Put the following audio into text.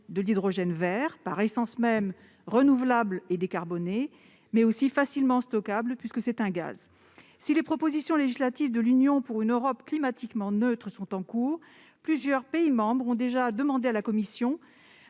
de l'hydrogène vert, par essence renouvelable et décarboné, mais aussi facilement stockable puisque c'est un gaz. Si les propositions législatives de l'Union européenne pour une Europe climatiquement neutre sont en cours, plusieurs pays membres ont déjà demandé à la Commission